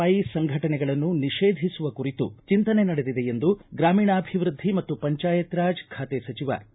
I ಸಂಘಟನೆಗಳನ್ನು ನಿಷೇಧಿಸುವ ಕುರಿತು ಚಿಂತನೆ ನಡೆದಿದೆ ಎಂದು ಗ್ರಾಮೀಣಾಭಿವೃದ್ದಿ ಮತ್ತು ಪಂಚಾಯತ್ ರಾಜ್ ಬಾತೆ ಸಚಿವ ಕೆ